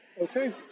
Okay